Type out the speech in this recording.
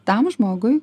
tam žmogui